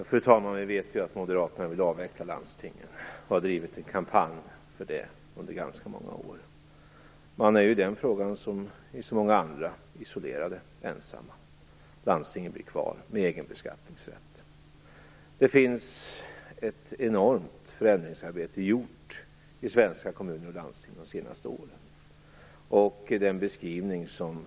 Fru talman! Vi vet ju att Moderaterna vill avveckla landstingen. De har drivit en kampanj för det under ganska många år. Men man är i den frågan, som i så många andra, isolerade och ensamma. Landstingen blir kvar med egen beskattningsrätt. Ett enormt förändringsarbete är gjort i svenska kommuner och landsting under de senaste åren.